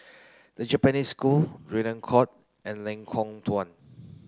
The Japanese School Draycott and Lengkong Tujuh